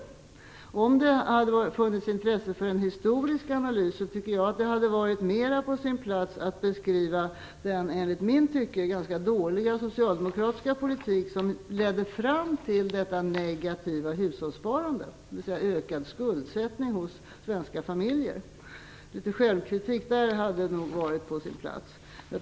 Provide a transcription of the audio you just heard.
Om det hade funnits intresse för en historisk analys tycker jag att det hade varit mera på sin plats att beskriva den enligt mitt tycke ganska dåliga socialdemokratiska politik som ledde fram till detta negativa hushållssparande, dvs. ökad skuldsättning hos svenska familjer. Litet självkritik där hade nog varit på sin plats.